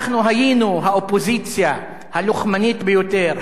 אנחנו היינו האופוזיציה הלוחמנית ביותר,